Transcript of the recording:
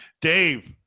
Dave